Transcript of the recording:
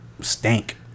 stank